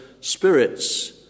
spirits